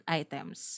items